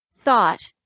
thought